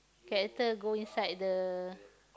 character go inside the